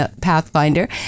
Pathfinder